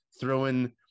throwing